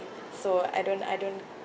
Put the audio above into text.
so I don't I don't